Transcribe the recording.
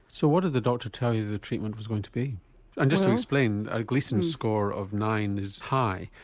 so what did the doctor tell you the treatment was going to be? and just to explain a gleason score of nine is high,